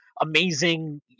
amazing